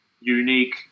unique